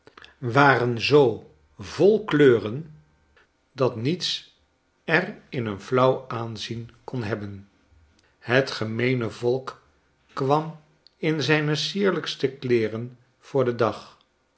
waren zoo vol kleuren datniets er in een flauw aanzien kon hebben het gemeene volk kwam in zijne sierlijkste kleeren voor den dag